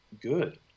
good